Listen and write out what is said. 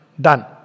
Done